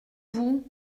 vous